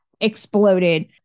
exploded